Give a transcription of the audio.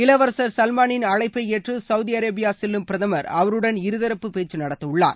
இளவரசர் சல்மானின் அழைப்பை ஏற்று சவுதி அரேபியா செல்லும் பிரதமர் அவருடன் இருதரப்பு பேச்சு நடத்தவுள்ளார்